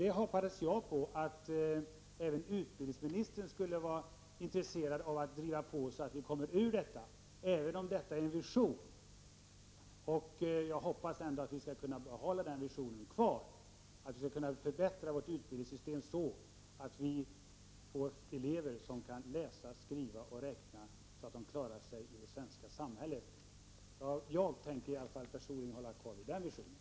Jag hoppades på att även utbildningsministern var intresserad av att driva på så att vi kommer ur detta — även om det är en vision. Jag hoppas ändå att vi skall kunna behålla kvar den visionen och förbättra vårt utbildningssystem så att vi får elever som kan läsa, skriva och räkna, så att de klarar sig i det svenska samhället. Personligen tänker i alla fall jag hålla kvar vid den visionen.